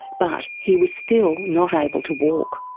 but he was still not able to walk.